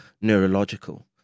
neurological